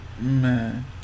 man